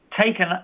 taken